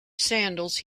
sandals